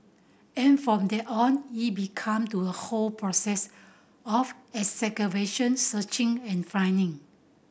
and from then on it became to a whole process of excavation searching and finding